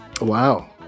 Wow